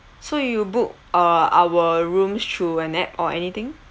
so you book uh our rooms through an app or anything